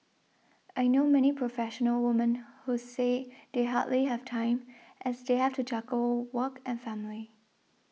I know many professional women who say they hardly have time as they have to juggle work and family